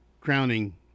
crowning